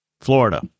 Florida